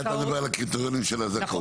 זה אתה מדבר על הקריטריונים של הזכאות.